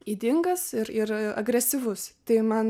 ydingas ir ir agresyvus tai man